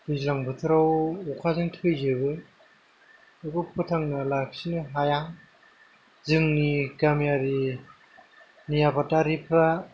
दैज्लां बोथोराव अखाजों थैजोबो बेफोरखौ फोथांना लाखिनो हाया जोंनि गामियारिनि आबादारिफ्रा